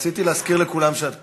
רציתי להזכיר לכולם שאת פה.